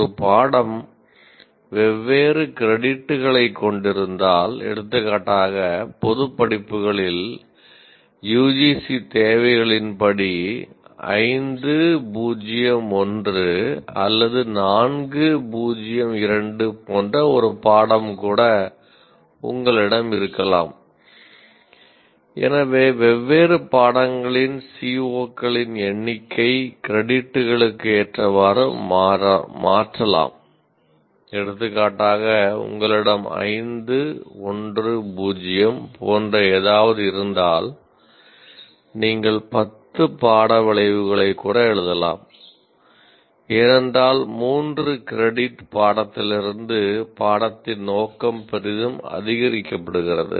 ஒரு பாடம் வெவ்வேறு கிரெடிட்களைக் பாடத்திலிருந்து பாடத்தின் நோக்கம் பெரிதும் அதிகரிக்கப்படுகிறது